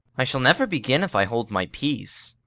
i shall never begin, if i hold my peace.